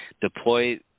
deploy